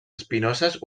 espinoses